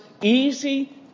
easy